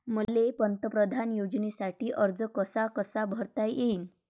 मले पंतप्रधान योजनेसाठी अर्ज कसा कसा करता येईन?